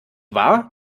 war